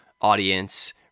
audience